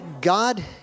God